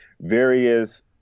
various